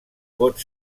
pot